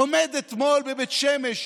הוא עומד אתמול בבית שמש,